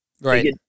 Right